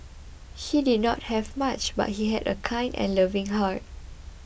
he did not have much but he had a kind and loving heart